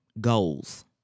Goals